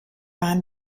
waren